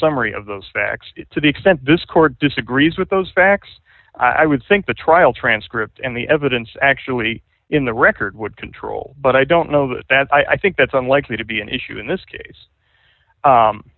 summary of those facts to the extent this court disagrees with those facts i would think the trial transcript and the evidence actually in the record would control but i don't know that that's i think that's unlikely to be an issue in this case